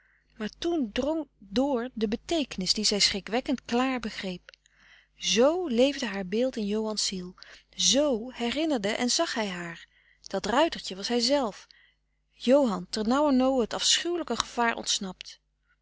maar toen drong dr de beteekenis die zij schrikwekkend klaar begreep z leefde haar beeld in johan's ziel z herinnerde en zag hij haar dat ruitertje was hijzelf johan ternauwernoo het afschuwelijke gevaar ontsnapt